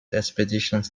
expeditions